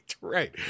right